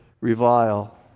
revile